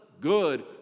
good